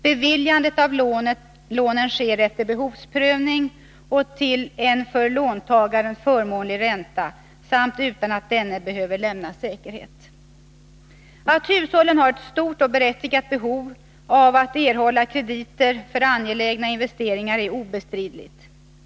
Beviljandet av lånen sker efter behovsprövning och till en för låntagaren förmånlig ränta samt utan att denne behöver lämna säkerhet. Att hushållen har ett stort och berättigat behov av att erhålla krediter för angelägna investeringar är obestridligt.